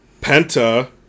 Penta